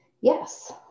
Yes